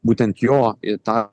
būtent jo į tą